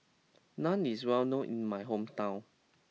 Naan is well known in my hometown